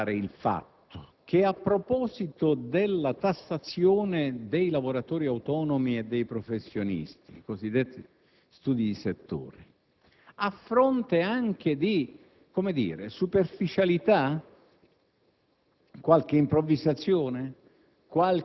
ma come non valorizzare il fatto che, a proposito della tassazione dei lavoratori autonomi e dei professionisti (i cosiddetti studi di settore), a fronte anche, come dire, di qualche superficialità,